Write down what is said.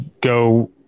go